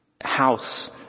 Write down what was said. house